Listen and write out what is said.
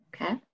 Okay